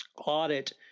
audit